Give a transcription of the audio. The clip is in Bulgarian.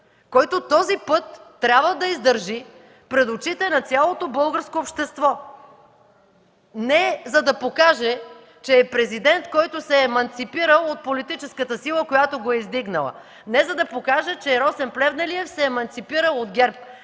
който този път трябва да издържи пред очите на цялото българско общество, не за да покаже, че е Президент, който се е еманципирал от политическата сила, която го е издигнала, не за да покаже, че Росен Плевнелиев се е еманципирал от ГЕРБ,